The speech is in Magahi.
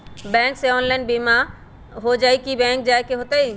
बैंक से ऑनलाइन कोई बिमा हो जाई कि बैंक जाए के होई त?